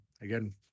again